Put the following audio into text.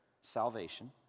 salvation